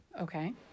Okay